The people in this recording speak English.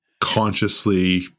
consciously